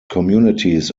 communities